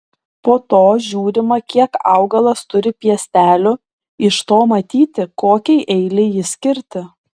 po to žiūrima kiek augalas turi piestelių iš to matyti kokiai eilei jį skirti